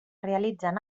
realitzen